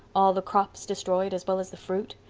all the crops destroyed as well as the fruit.